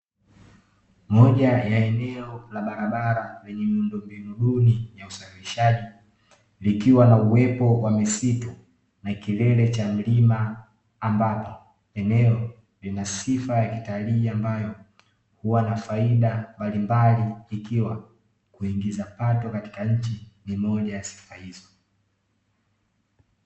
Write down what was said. Moja ya eneo la barabara lenye miundombinu duni ya usafirishaji, likiwa na uwepo wa misitu, na kilele cha mlima ambacho eneo lina sifa ya kitalii ambayo, huwa na faida mbalimbali ikiwa, kuingiza pato katika nchi ni moja ya sifa hizo.